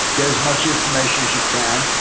get as much information as you can,